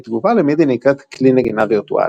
ותוכנה שמייצרת צלילים בתגובה למידי נקראת "כלי נגינה וירטואלי".